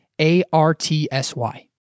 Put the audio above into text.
A-R-T-S-Y